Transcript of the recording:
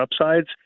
upsides